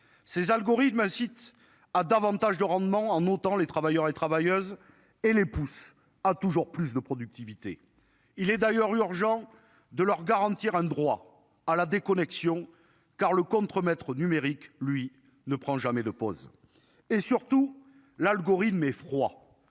ces algorithmes incite à davantage de rendement en autant les travailleurs et travailleuses et les pousse à toujours plus de productivité. Il est d'ailleurs urgent de leur garantir un droit à la déconnexion car le contremaître numérique lui ne prend jamais de pause et surtout l'algorithme est froid